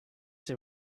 see